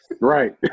Right